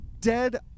dead